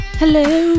hello